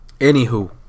Anywho